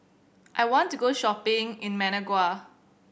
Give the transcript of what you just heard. I want to go shopping in Managua